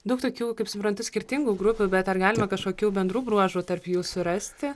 daug tokių kaip suprantu skirtingų grupių bet ar galima kažkokių bendrų bruožų tarp jų surasti